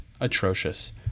atrocious